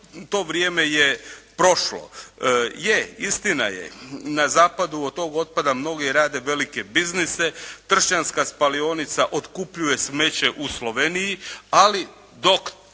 to vrijeme je prošlo. Je, istina je, na zapadu od tog otpada mnogi rade velike biznise, tršćanska spalionica otkupljuje smeće u Sloveniji, ali dok